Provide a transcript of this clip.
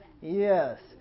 Yes